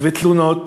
ותלונות